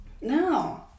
no